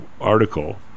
article